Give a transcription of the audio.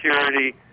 security